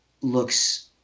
looks